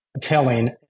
telling